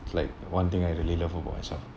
like one thing I really love about myself